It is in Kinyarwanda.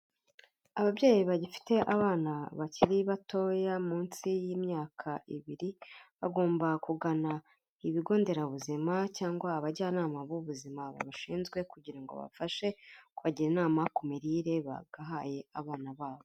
Ababyeyi bagifite abana bakiri batoya munsi y'imyaka ibiri, bagomba kugana ibigo nderabuzima cyangwa abajyanama b'ubuzima babishinzwe kugira ngo babafashe kubagira inama ku mirire bagahaye abana babo.